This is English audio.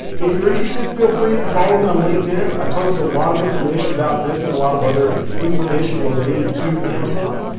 if you're interested, feel free to follow me on linkedin. i post a lot of information about this and a lot of other information related to amazon.